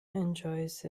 enjoys